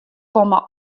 komme